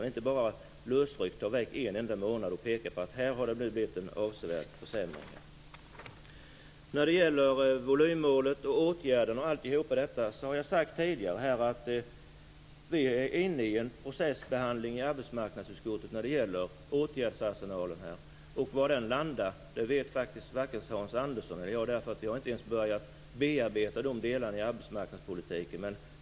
Man kan inte bara lösryckt titta på en enda månad och peka på att det har blivit en avsevärd försämring. När det gäller volymmålet och åtgärderna har jag sagt tidigare att vi är inne i en behandlingsprocess i arbetsmarknadsutskottet när det gäller åtgärdsarsenalen. Var den landar vet faktiskt varken Hans Andersson eller jag. Vi har inte ens börjat bearbeta de delarna i arbetsmarknadspolitiken.